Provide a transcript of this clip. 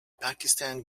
pakistan